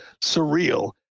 surreal